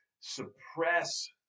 suppress